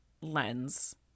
lens